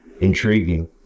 intriguing